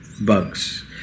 bugs